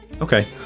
Okay